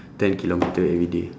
ten kilometre everyday